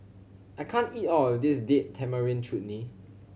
I can't eat all of this Date Tamarind Chutney